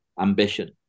ambition